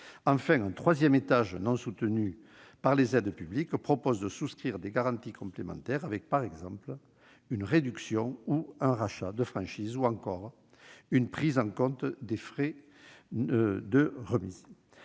Enfin, un troisième étage, non soutenu par des aides publiques, permet de souscrire une garantie complémentaire comprenant par exemple une réduction ou un rachat de franchise, ou encore une prise en compte des frais de resemis.